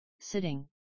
sitting